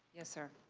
yes sir.